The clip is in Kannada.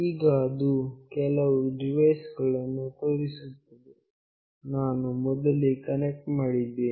ಈಗ ಅದು ಕೆಲವು ಡಿವೈಸ್ ಗಳನ್ನು ತೋರಿಸುತ್ತಿದೆ ನಾನು ಮೊದಲೇ ಕನೆಕ್ಟ್ ಮಾಡಿದ್ದೇನೆ